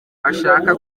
ashaka